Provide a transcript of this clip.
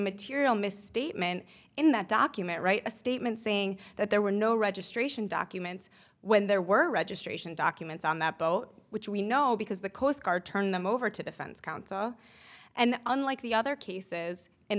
material misstatement in that document write a statement saying that there were no registration documents when there were registration documents on that boat which we know because the coast guard turned them over to defense counsel and unlike the other cases